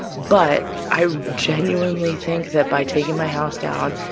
but i genuinely think that, by taking my house down,